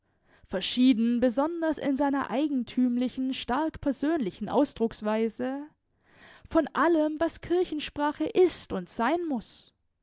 verschieden besonders in seiner eigentümlichen stark persönlichen ausdrucksweise von allem was kirchensprache ist und sein muß